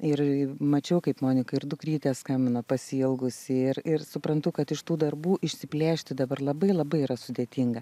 ir mačiau kaip monika ir dukrytė skambino pasiilgusi ir ir suprantu kad iš tų darbų išsiplėšti dabar labai labai yra sudėtinga